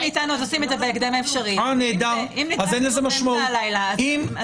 אז אין לזה משמעות.